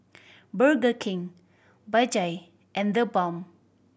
Burger King Bajaj and TheBalm